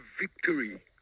victory